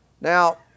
Now